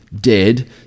dead